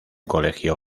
colegio